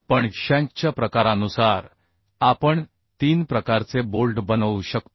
पण शँकच्या प्रकारानुसार आपण तीन प्रकारचे बोल्ट बनवू शकतो